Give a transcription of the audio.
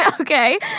Okay